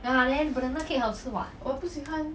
我不喜欢